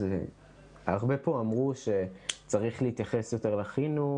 הרבה פה אמרו שצריך להתייחס יותר לחינוך